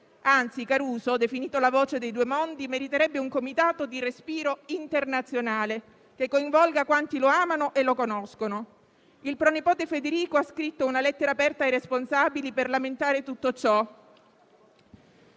anzi Caruso, definito "la voce dei due mondi", meriterebbe un comitato di respiro internazionale, che coinvolga quanti lo amano e lo conoscono. Il pronipote Federico ha scritto una lettera aperta ai responsabili per lamentare tutto ciò.